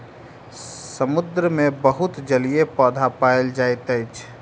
समुद्र मे बहुत जलीय पौधा पाओल जाइत अछि